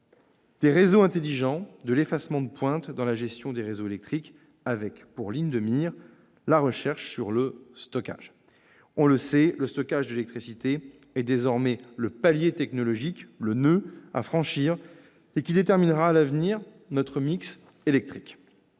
des réseaux intelligents, de l'effacement de pointe dans la gestion des réseaux électriques, avec pour ligne de mire la recherche sur le stockage. On le sait, le stockage de l'électricité est désormais le palier technologique, le noeud à franchir, qui déterminera le mix électrique